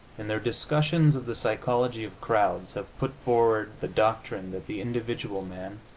in their discussions of the psychology of crowds, have put forward the doctrine that the individual man,